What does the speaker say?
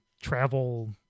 travel